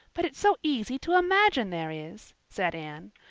but it's so easy to imagine there is, said anne.